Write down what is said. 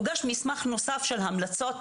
הוגש מסמך נוסף של המלצות,